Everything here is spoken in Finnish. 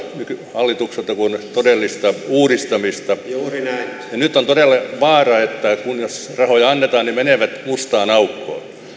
hallitukselta kuin todellista uudistamista ja nyt on todella vaara että kun ja jos rahoja annetaan ne menevät mustaan aukkoon